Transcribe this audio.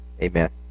Amen